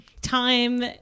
time